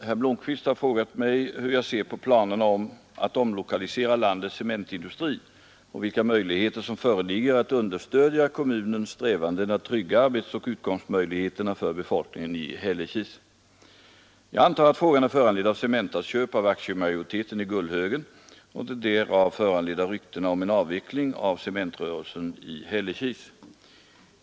Herr talman! Herr Blomkvist har frågat mig hur jag ser på planerna att omlokalisera landets cementindustri och vilka möjligheter som föreligger att understödja kommunens strävanden att trygga arbetsoch utkomstmöjligheterna för befolkningen i Hällekis. Jag antar att frågan är föranledd av Cementas köp av aktiemajoriteten i Gullhögen och de därav föranledda ryktena om en avveckling av cementrörelsen i Hällekis.